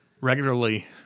regularly